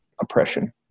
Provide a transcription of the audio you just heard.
oppression